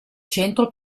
centro